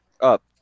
up